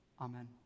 Amen